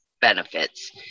Benefits